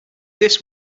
this